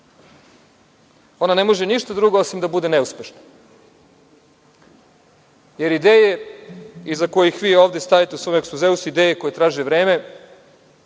ona ne može ništa drugo osim da bude neuspešna, jer ideje iza kojih vi ovde stajete u svom ekspozeu su ideje koje traže vreme